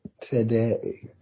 today